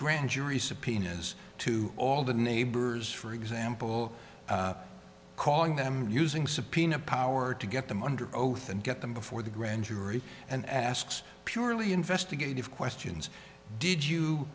grand jury subpoenas to all the neighbors for example calling them using subpoena power to get them under oath and get them before the grand jury and asks purely investigative questions did you